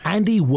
Andy